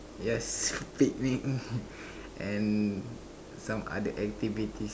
yes picnic and some other activities